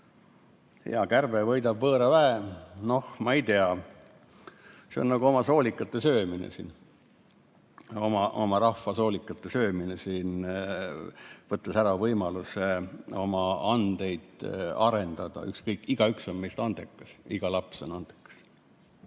hea kärbe võidab võõra väe –, noh, ma ei tea. See on nagu oma soolikate söömine, oma rahva soolikate söömine, võttes ära võimaluse oma andeid arendada. Igaüks meist on andekas, iga laps on andekas.